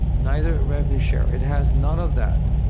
neither revenue share, it has none of that,